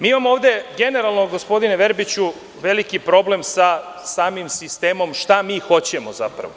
Mi imamo ovde generalno, gospodine Verbiću, veliki problem sa samim sistemom, šta mi hoćemo zapravo.